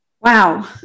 Wow